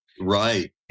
Right